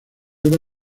elba